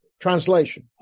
translation